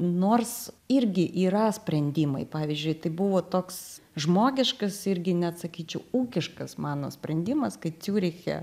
nors irgi yra sprendimai pavyzdžiui tai buvo toks žmogiškas irgi net sakyčiau ūkiškas mano sprendimas kai ciūriche